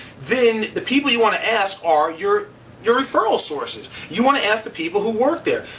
then the people you wanna ask are your your referral sources. you want to ask the people who work there.